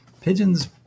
pigeons